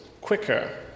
quicker